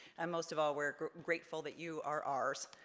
and most of all we're grateful that you are ours.